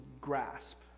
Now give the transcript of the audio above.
grasp